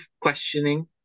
questioning